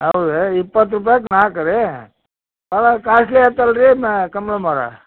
ಹೌದೇ ಇಪ್ಪತ್ತು ರೂಪಾಯಿ ನಾಲ್ಕು ರೀ ಅಲ್ಲ ಕಾಸ್ಟ್ಲಿ ಆತಲ್ಲ ರೀ ಕಮಲಮ್ಮೋರೆ